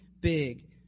big